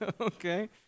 okay